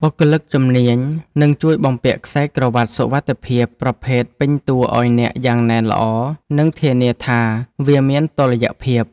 បុគ្គលិកជំនាញនឹងជួយបំពាក់ខ្សែក្រវាត់សុវត្ថិភាពប្រភេទពេញតួឱ្យអ្នកយ៉ាងណែនល្អ និងធានាថាវាមានតុល្យភាព។